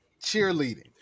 cheerleading